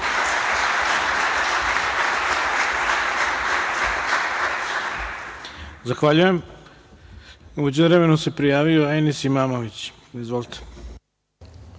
Zahvaljujem.U međuvremenu se prijavio Enis Imamović. Izvolite.